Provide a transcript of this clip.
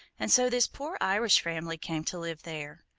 and so this poor irish family came to live there.